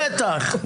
בטח.